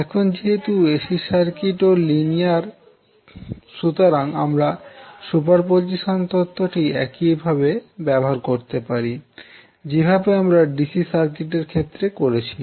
এখন যেহেতু এসি সার্কিটও লিনিয়ার সুতরাং আমরা সুপারপজিশন তত্ত্বটি একইভাবে ব্যবহার করতে পারি যেভাবে আমরা ডিসি সার্কিটের ক্ষেত্রে করেছি